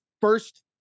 first